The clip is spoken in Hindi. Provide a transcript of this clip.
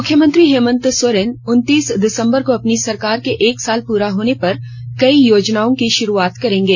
मुख्यमंत्री हेमंत सोरेन उनतीस दिसम्बर को अपनी सरकार के एक साल पूरे होने पर कई योजनाओं की शुरूआत करेंगे